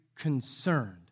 concerned